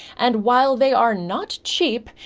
and while they are not cheap,